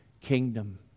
kingdom